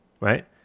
Right